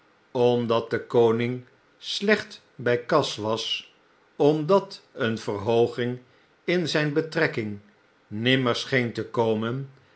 omdat dekoning slecht bij kas was omdat een verhooging in zijn betrekking nimmer scheen te komen